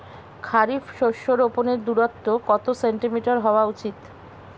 খারিফ শস্য রোপনের দূরত্ব কত সেন্টিমিটার হওয়া উচিৎ?